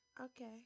Okay